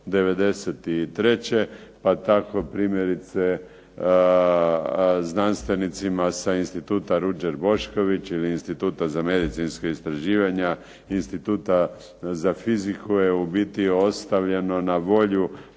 1993. pa tako primjerice znanstvenicima sa instituta "Ruđer Bošković" ili Instituta za medicinska istraživanja, Instituta za fiziku je u biti ostavljeno na volju